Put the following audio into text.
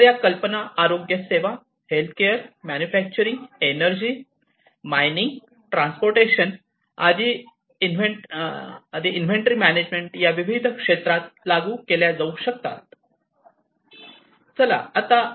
तर या कल्पना आरोग्य सेवा उत्पादन Manufacturing ऊर्जा खाण वाहतूक आणि यादी व्यवस्थापन या विविध क्षेत्रात लागू केल्या जाऊ शकतात